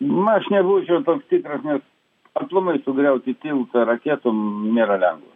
na aš nebūčiau toks tikras nes aplamai sugriauti tiltą raketom nėra lengva